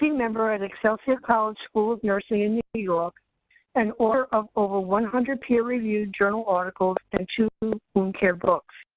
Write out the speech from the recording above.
member at excelsior college school of nursing in new york and author of over one hundred peer reviewed journal articles and two wound care books.